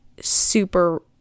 super